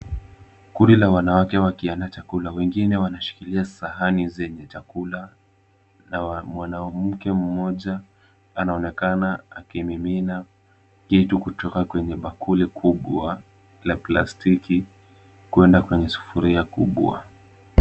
Kundi la wanawake wakiandaa chakula. Wengine wanashikilia sahani zenye chakula na mwanamke mmoja anaonekana akimimina kitu kutoka kwenye bakuli kubwa la plastiki, kwenda kwenye sufuria kubwa.